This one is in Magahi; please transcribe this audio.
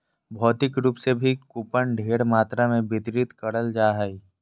भौतिक रूप से भी कूपन ढेर मात्रा मे वितरित करल जा हय